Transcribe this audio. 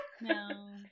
No